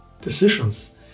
decisions